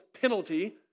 penalty